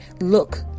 look